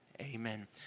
Amen